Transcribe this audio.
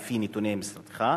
לפי נתוני משרדך?